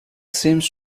seems